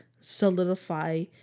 solidify